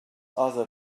other